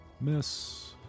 Miss